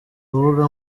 kuvuga